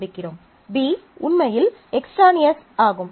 B உண்மையில் extraneous ஆகும்